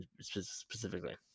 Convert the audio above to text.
specifically